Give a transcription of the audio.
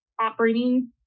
operating